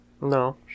no